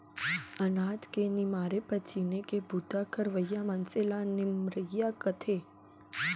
अनाज के निमारे पछीने के बूता करवइया मनसे ल निमरइया कथें